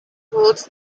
votes